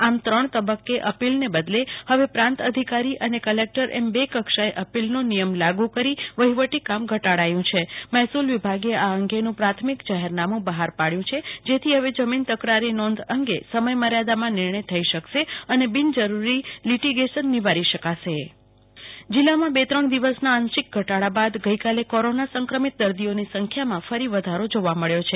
આમ ત્રણ તબક્કે અપિલને બદલે હવે પ્રાંત અધિકારી અને કલેક્ટર એમ બે કક્ષાએ અપીલનો નિયમ લાગુ કરી વહીવટી કામ ઘટાડાયુ છે મહેસુલ વિભાગે આ અંગેનું પ્રાથમિક જાહેરનામુ બહાર પાડયુ જેથી જમીન તકરારી નોંધ અંગે સમયમર્યાદામાં નિર્મય થઈ શકશે અને બિનજરૂરી લીટીગેશન નિવારી શકાશે કલ્પના શાહ જિલ્લારાજયમાં કોરોના સ્થિતિ જિલ્લામાં બે ત્રણ દિવસના આંશિક ઘટાડા બ્રાદ ગઈકાલે કોરોના સંક્રમિત દર્દીઓની સંખ્યામાં ફરી વધારો જોવા મળ્યો છે